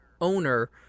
owner